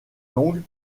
longue